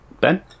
Ben